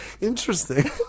Interesting